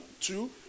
two